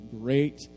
great